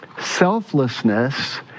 selflessness